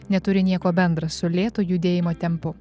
neturi nieko bendra su lėtu judėjimo tempu